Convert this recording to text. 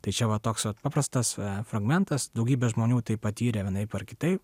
tai čia va toks paprastas fragmentas daugybė žmonių tai patyrė vienaip ar kitaip